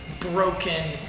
broken